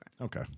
Okay